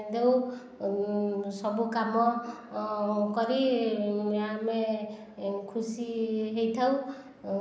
ଦେଉ ସବୁ କାମ କରି ଆମେ ଖୁସି ହୋଇଥାଉ